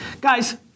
Guys